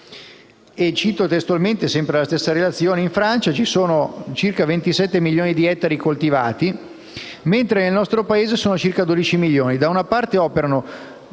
Cito testualmente, sempre dalla stessa relazione. In Francia ci sono circa 27 milioni di ettari coltivati, mentre nel nostro Paese sono circa 12 milioni.